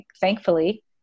thankfully